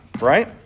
right